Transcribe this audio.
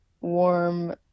warm